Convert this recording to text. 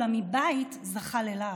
אולם מבית זכה ללעג.